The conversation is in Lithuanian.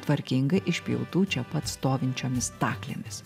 tvarkingai išpjautų čia pat stovinčiomis staklėmis